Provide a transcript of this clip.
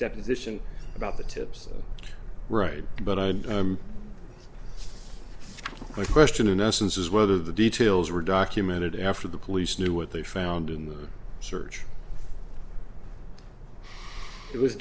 deposition about the tips right but i had a question in essence is whether the details were documented after the police knew what they found in the search it was